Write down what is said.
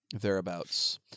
thereabouts